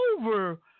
over